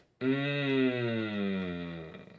Mmm